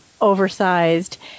oversized